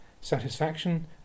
satisfaction